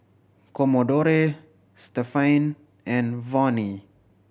Commodore Stephaine and Vonnie